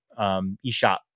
eShop